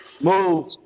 Move